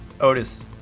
Otis